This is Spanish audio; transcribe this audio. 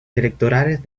electorales